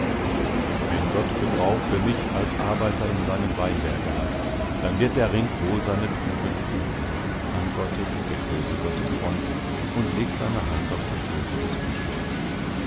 wenn gott gebrauch für mich als arbeiter in seinem weinberge hat dann wird der ring wohl seine tugend üben antwortet der große gottesfreund und legt seine hand auf die schulter des bischofs